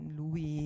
lui